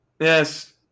Yes